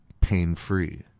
pain-free